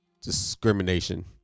discrimination